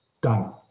Done